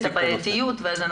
את הבעייתיות ואז אנחנו